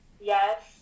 Yes